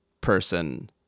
person